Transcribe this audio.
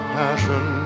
passion